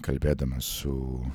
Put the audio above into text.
kalbėdamas su